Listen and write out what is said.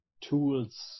tools